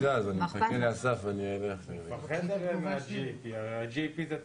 אנחנו נשב על העניין של נוהל GMP. מה שאני מנסה להסביר,